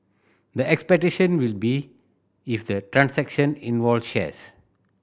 the expectation will be if the transaction involved shares